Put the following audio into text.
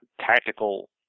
tactical